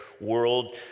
world